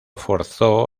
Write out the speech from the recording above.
forzó